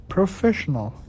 Professional